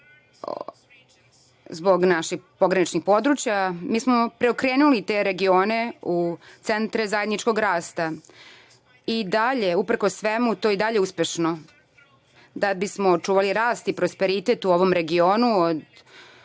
zbog naših pograničnih područja, mi smo preokrenuli te regione u centre zajedničkog rasta. Uprkos svemu, to je i dalje uspešno. Da bismo očuvali rast i prosperitet u ovom regionu,